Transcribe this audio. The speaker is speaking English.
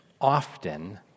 often